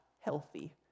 healthy